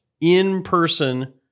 in-person